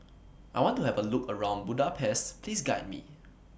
I want to Have A Look around Budapest Please Guide Me